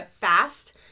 fast